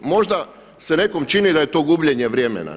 Možda se nekom čini da je to gubljenje vremena.